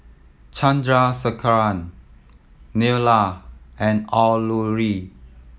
Chandrasekaran Neila and Alluri